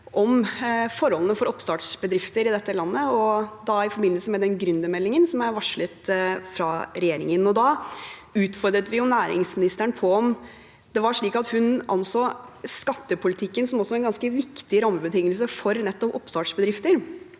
forholdene for oppstartsbedrifter i dette landet i forbindelse med gründermeldingen som er varslet fra regjeringen. Da utfordret vi næringsministeren på om det var slik at hun anså også skattepolitikken som en ganske viktig rammebetingelse for nettopp oppstartsbedrifter.